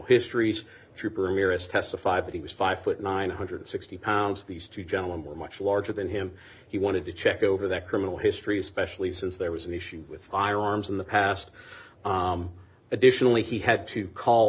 histories tripper nearest to the five he was five foot nine hundred and sixty dollars pounds these two gentlemen were much larger than him he wanted to check over that criminal history especially since there was an issue with firearms in the past additionally he had to call